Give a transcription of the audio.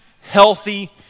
healthy